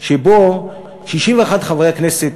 שבו 61 מחברי הכנסת,